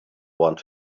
want